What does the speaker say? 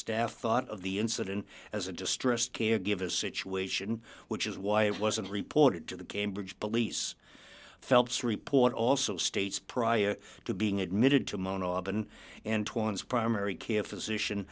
staff thought of the incident as a distressed caregivers situation which is why it wasn't reported to the cambridge police phelps report also states prior to being admitted to moan auban and primary care physician